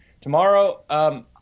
tomorrow